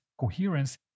coherence